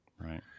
right